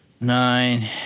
nine